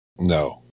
No